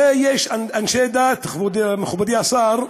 הרי יש אנשי דת, מכובדי השר,